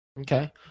Okay